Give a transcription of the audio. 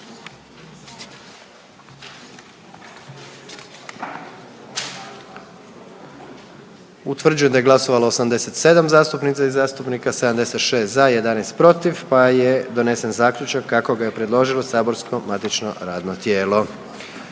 Utvrđujem da je glasovalo 87 zastupnica i zastupnika, 76 za, 11 protiv pa je donesen zaključak kako ga je predložilo saborsko matično radno tijelo.